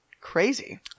Crazy